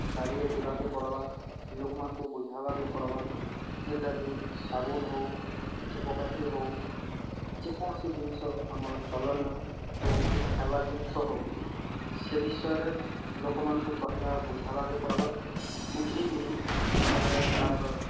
ଗାଡ଼ିରେ ଯିବାକୁ ପଡ଼ିବ ଲୋକମାନଙ୍କୁ ବୁଝାଇବାକୁ ପଡ଼ିବ ଯେଉଁଟାକି ସାବୁନ୍ ହେଉ ଧୂପକାଠି ହେଉ ଯେକୌଣସି ଜିନିଷ ଆମର ଚଳଣିର ହେଉ କି ଖାଇବା ଜିନିଷ ହେଉ ସେ ବିଷୟରେ ଲୋକମାନଙ୍କୁ ପହେଲା ବୁଝାଇବାକୁ ପଡ଼ିବ ବୁଝାଇକରି ତା'ପରେ ତା'ର